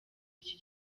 iki